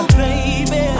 baby